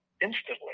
instantly